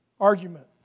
argument